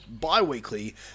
bi-weekly